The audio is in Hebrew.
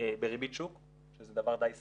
בריבית שוק, שזה דבר די סביר,